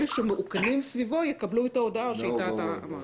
אלה שמאוכנים סביבו יקבלו את ההודעה שאמרת.